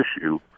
issue